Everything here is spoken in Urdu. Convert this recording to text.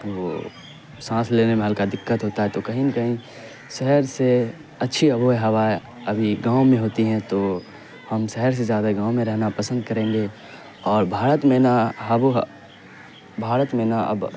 وہ سانس لینے میں ہلکا دقت ہوتا ہے تو کہیں نہ کہیں شہر سے اچھی آب و ہوا ابھی گاؤں میں ہوتی ہیں تو ہم شہر سے زیادہ گاؤں میں رہنا پسند کریں گے اور بھارت میں نا آبو بھارت میں نا اب